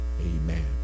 amen